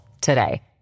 today